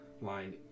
line